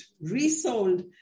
resold